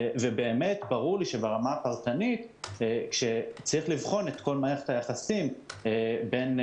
ברור לי שברמה הפרטנית צריך לבחון את כל מערכת היחסים בשאלה